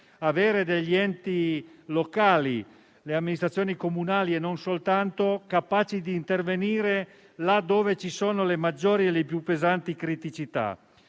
avere degli enti locali (amministrazioni comunali e non soltanto) capaci di intervenire là dove ci sono le maggiori e più pesanti criticità.